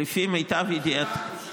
שיכון: לשווק ולקדם מה שמוכן,